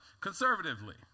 conservatively